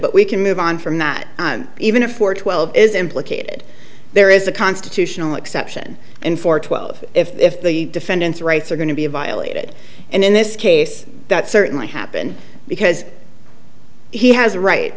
but we can move on from that i'm even if we're twelve is implicated there is a constitutional exception in for twelve if the defendant's rights are going to be violated and in this case that certainly happened because he has a right